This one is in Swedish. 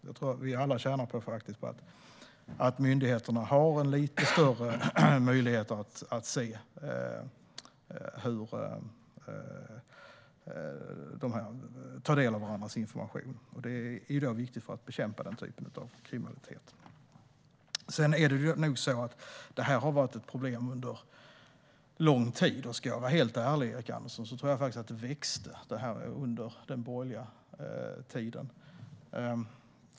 Jag tror att vi alla tjänar på att myndigheter har lite större möjligheter att ta del av varandras information. Det är i dag viktigt för att bekämpa denna typ av kriminalitet. Det har varit ett problem under lång tid. Ska jag vara helt ärlig, Erik Andersson, tror jag att det växte under den borgerliga tiden.